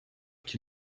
qui